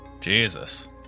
Jesus